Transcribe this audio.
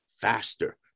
faster